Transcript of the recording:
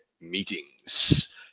meetings